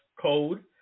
code